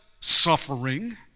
suffering